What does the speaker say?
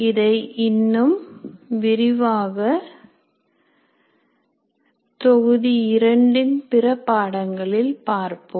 இதை இன்னும் விரிவாக தொகுதி இரண்டின் பிற பாடங்களில் பார்ப்போம்